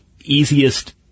easiest